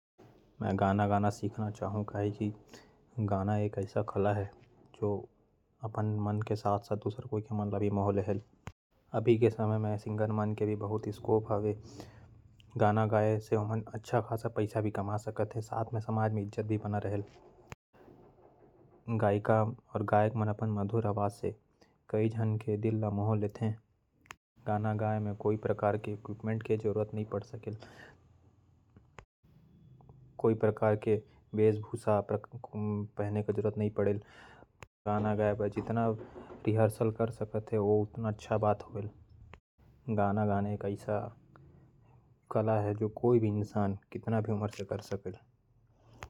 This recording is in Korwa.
मैं गाना गाना सीखना चाहु। गाना एक ऐसा कला है। जो अपन मन के साथ सबके मन ल मोह लेते । आज कल गाना गाए में बहुत स्कोप है। गाना गए बर कोई इतना कपड़ा के जरूरत नहीं पड़ेल। और सिंगर मन भी कोई के मन ल मोह लेहेल। और गाना गाना इंसान कोई भी उमर में सिख सकत है।